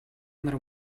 нар